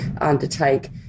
undertake